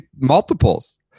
multiples